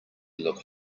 look